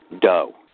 dough